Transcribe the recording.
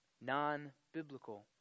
non-biblical